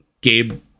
gabe